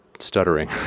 stuttering